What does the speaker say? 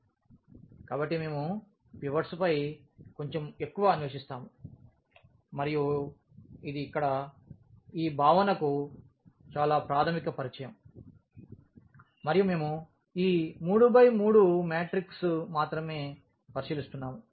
కాబట్టి మేము పివట్స్పై కొంచెం ఎక్కువ అన్వేషిస్తాము మరియు ఇది ఇక్కడ ఈ భావనకు చాలా ప్రాథమిక పరిచయం మరియు మేము ఈ 3 బై 3 మ్యాట్రిక్స్ మాత్రమే పరిశీలిస్తున్నాము